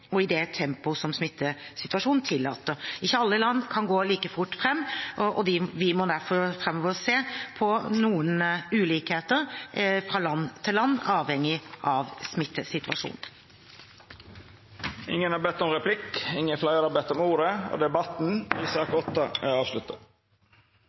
og i det tempoet smittesituasjonen tillater. Ikke alle land kan gå like fort fram, og framover må vi derfor se på noen ulikheter fra land til land, avhengig av smittesituasjonen. Fleire har ikkje bedt om ordet til sak nr. 8. Etter ynskje frå kommunal- og forvaltningskomiteen vil presidenten ordna debatten